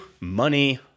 money